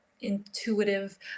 intuitive